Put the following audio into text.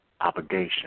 obligation